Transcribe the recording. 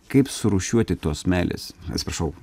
kaip surūšiuoti tuos meilės atsiprašau